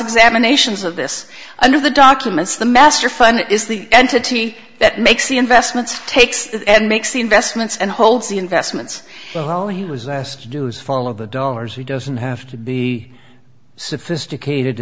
examinations of this under the documents the master fund is the entity that makes the investments takes and makes the investments and holds the investments so he was asked to do is follow the dollars he doesn't have to be sophisticated